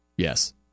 Yes